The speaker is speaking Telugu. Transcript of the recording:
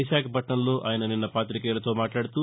విశాఖపట్లణంలో ఆయన నిన్న పాతికేయుతో మాట్లాడుతూ